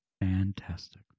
Fantastic